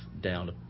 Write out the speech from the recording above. down